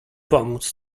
pomóc